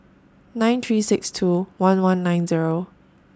nine three six two one one nine Zero